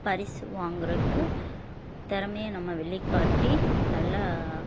பரிசு வாங்கிறதுக்கு திறமைய நம்ம வெளிக்காட்டி நல்லா